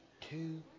two